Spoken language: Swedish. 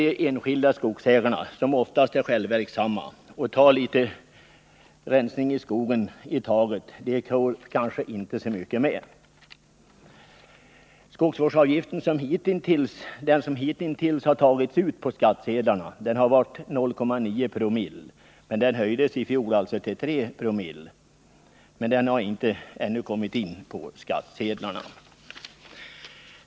De enskilda skogsägarna är oftast självverksamma och tar ut litet röjning i skogen i taget. På så vis får de kanske inte så mycket med av bidrag. Den skogsvärdsavgift som hittills har tagits ut på skattsedlarna har varit 0,9 900. Den höjdes i fjol till 3 Joo, men den nya avgiften har ännu inte kommit in på skattsedlarna.